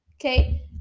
Okay